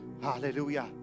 hallelujah